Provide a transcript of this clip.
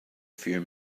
few